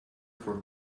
for